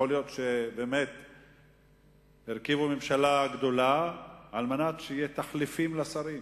יכול להיות שהרכיבו ממשלה גדולה כדי שיהיו תחליפים לשרים,